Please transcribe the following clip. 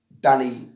Danny